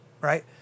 right